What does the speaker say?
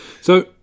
So-